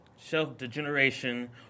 self-degeneration